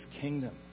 kingdom